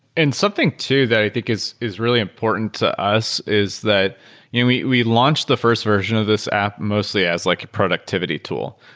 and something too that i think is is really important to us is that you know we we launched the first version of this app mostly as like a productivity tool.